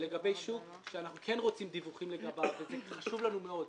לגבי שוק שאנחנו כן רוצים דיווחים לגביו וזה חשוב לנו מאוד,